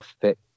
fit